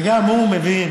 וגם הוא מבין